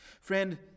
Friend